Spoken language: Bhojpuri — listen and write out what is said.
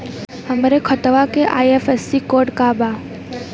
हमरे खतवा के आई.एफ.एस.सी कोड का बा?